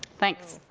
thanks.